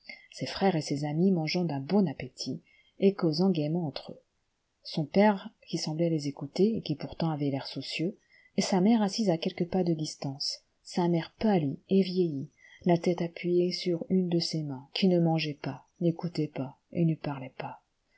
ses frères et ses amis mangeant d'un bon appétit et causant gaiement entre eux son père qui semblait les écouter et qui pourtant avait l'air soucieux et sa mère assise à quelques pas de distance sa mère pâlie et vieillie la tète appuyée sur une de ses mains qui ne mangeait pas n'écoutait pas et ne parlait pas